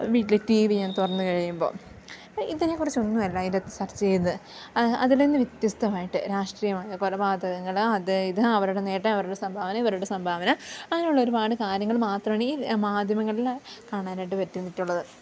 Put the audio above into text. വീട്ടിൽ T V ഞാൻ തുറന്നു കഴിയുമ്പോൾ ഇതിനെക്കുറിച്ച് ഒന്നുമല്ല അതിൻ്റെ അകത്ത് സെർച്ച് ചെയ്യുന്നത് അതിൽ നിന്ന് വ്യത്യസ്തമായിട്ട് രാഷ്ട്രീയമായ കൊലപാതകങ്ങൾ അത് ഇത് അവരുടെ നേട്ടം അവരുടെ സംഭാവന ഇവരുടെ സംഭാവന അങ്ങനെയുള്ള ഒരുപാട് കാര്യങ്ങൾ മാത്രമാണ് ഈ മാധ്യമങ്ങളിൽ കാണാനായിട്ട് പറ്റിയിട്ടുള്ളത്